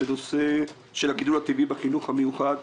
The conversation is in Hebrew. בנושא של הגידול הטבעי בחינוך המיוחד.